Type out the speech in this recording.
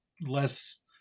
less